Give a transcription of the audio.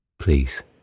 please